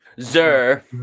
Zer